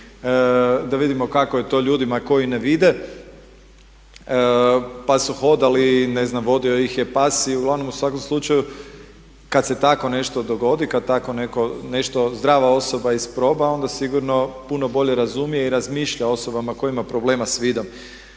da vidimo kako je to ljudima koji ne vide, pa su hodali. Ne znam, vodio ih je pas i uglavnom u svakom slučaju kad se tako nešto dogodi, kad tako netko nešto zdrava osoba isproba, onda sigurno puno bolje razumije i razmišlja o osobama koji ima problema sa vidom.